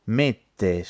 mette